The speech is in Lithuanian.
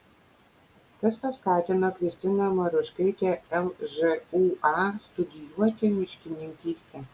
kas paskatino kristiną maruškaitę lžūa studijuoti miškininkystę